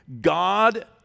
God